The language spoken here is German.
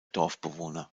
dorfbewohner